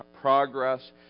progress